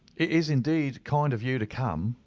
it is indeed kind of you to come,